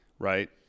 right